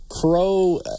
Crow